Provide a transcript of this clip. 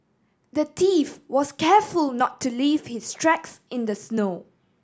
the thief was careful not to leave his tracks in the snow